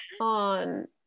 on